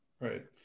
Right